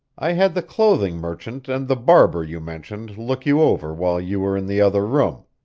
i had the clothing merchant and the barber you mentioned look you over while you were in the other room.